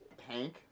Hank